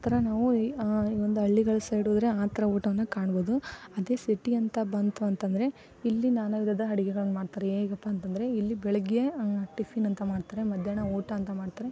ಆ ಥರ ನಾವು ಈ ಈ ಒಂದು ಹಳ್ಳಿಗಳು ಸೈಡ್ ಹೋದರೆ ಆ ಥರ ಊಟವನ್ನು ಕಾಣ್ಬೋದು ಅದೇ ಸಿಟಿ ಅಂತ ಬಂತು ಅಂತ ಅಂದ್ರೆ ಇಲ್ಲಿ ನಾನಾ ವಿಧದ ಅಡುಗೆಗಳನ್ನ ಮಾಡ್ತಾರೆ ಹೇಗಪ್ಪ ಅಂತ ಅಂದ್ರೆ ಇಲ್ಲಿ ಬೆಳಗ್ಗೆ ಟಿಫಿನ್ ಅಂತ ಮಾಡ್ತಾರೆ ಮಧ್ಯಾಹ್ನ ಊಟ ಅಂತ ಮಾಡ್ತಾರೆ